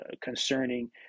concerning